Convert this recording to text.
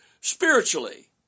spiritually